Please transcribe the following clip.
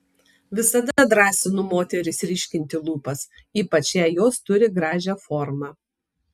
visada drąsinu moteris ryškinti lūpas ypač jei jos turi gražią formą